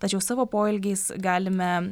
tačiau savo poelgiais galime